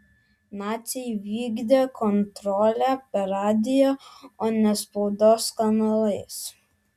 naciai vykdė kontrolę per radiją o ne spaudos kanalais